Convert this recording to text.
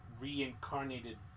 reincarnated